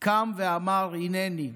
קם ואמר: הינני.